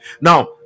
now